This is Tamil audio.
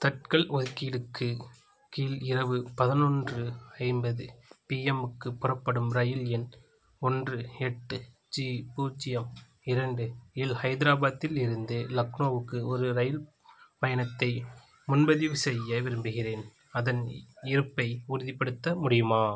தட்கல் ஒதுக்கீடுக்கு கீழ் இரவு பதினொன்று ஐம்பது பிஎம்முக்குப் புறப்படும் இரயில் எண் ஒன்று எட்டு ஜி பூஜ்ஜியம் இரண்டு இல் ஹைதராபாத்தில் இருந்து லக்னோவுக்கு ஒரு இரயில் பயணத்தை முன்பதிவு செய்ய விரும்புகிறேன் அதன் இ இருப்பை உறுதிப்படுத்த முடியுமா